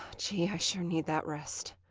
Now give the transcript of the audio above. gee, i sure need that rest!